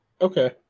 Okay